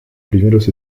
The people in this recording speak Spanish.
primeros